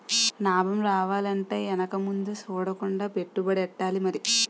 నాబం రావాలంటే ఎనక ముందు సూడకుండా పెట్టుబడెట్టాలి మరి